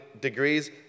degrees